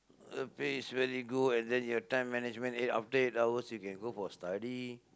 the pay is very good and then you have time management eight after eight hours you can go for study